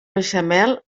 beixamel